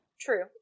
True